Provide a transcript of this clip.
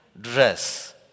dress